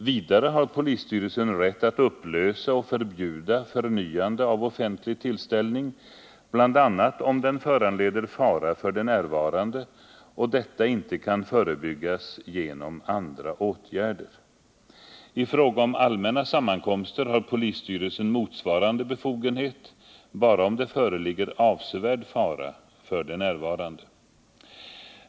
Vidare har polisstyrelsen rätt att upplösa och förbjuda förnyande av offentlig tillställning bl.a. om den föranleder fara för de närvarande och detta inte kan förebyggas genom andra åtgärder . I fråga om allmänna sammankomster har polisstyrelsen motsvarande befogenhet bara om det föreligger avsevärd fara för de närvarande .